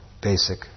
basic